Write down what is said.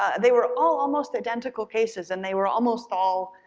and they were all almost identical cases and they were almost all